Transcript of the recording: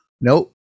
nope